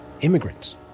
immigrants